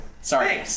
Sorry